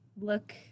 look